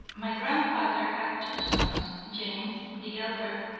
my grandfather had two sons james, the elder,